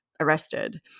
arrested